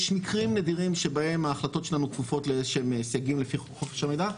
יש מקרים נדירים שבהם ההחלטות שלנו כפופות לסייגים לפי חוק חופש המידע,